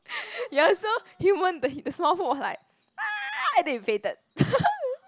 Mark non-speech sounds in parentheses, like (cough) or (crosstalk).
ya so human the the Smallfoot was like (noise) and then he fainted (laughs)